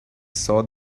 saw